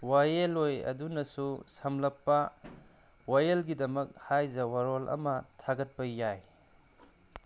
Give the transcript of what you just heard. ꯋꯥꯌꯦꯜꯂꯣꯏ ꯑꯗꯨꯅꯁꯨ ꯁꯝꯂꯞꯄ ꯋꯥꯌꯦꯜꯒꯤꯗꯃꯛ ꯍꯥꯏꯖ ꯋꯥꯔꯣꯜ ꯑꯃ ꯊꯥꯒꯠꯄ ꯌꯥꯏ